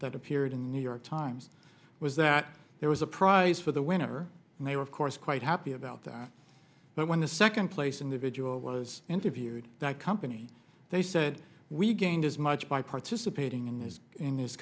that appeared in new york times was that there was a prize for the winner and they were of course quite happy about that but when the second place individual was interviewed that company they said we gained as much by participating in this in this